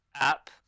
app